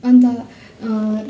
अन्त